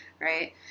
right